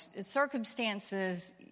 circumstances